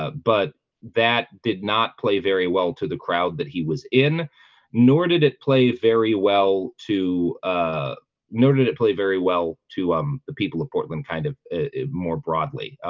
ah but that did not play very well to the crowd that he was in nor did it play very well to ah nor did it play very well to um, the people of portland kind of more broadly.